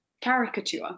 caricature